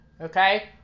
Okay